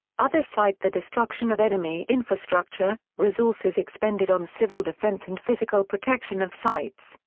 others cite the destruction of enemy infrastructure, resources expended on civil defense and physical protection of sites,